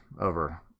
over